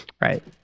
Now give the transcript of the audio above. Right